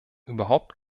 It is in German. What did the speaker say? überhaupt